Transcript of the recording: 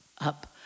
up